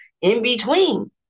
in-between